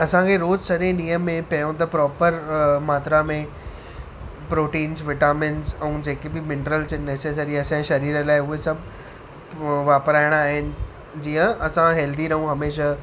असांखे रोज़ु सॼे ॾींहं में पहिरों त प्रोपर मात्रा में प्रोटींस विटामिन्स ऐं जेके बि मिनर्लस आहिनि नेसेसरी असांजे शरीर लाइ उहे सभु वापिराइणा आहिनि जीअं असां हेल्दी रहूं हमेशह